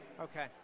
Okay